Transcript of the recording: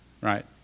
Right